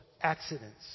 Accidents